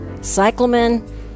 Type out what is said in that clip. cyclamen